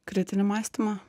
kritinį mąstymą